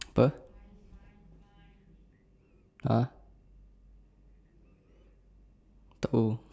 apa ah tahu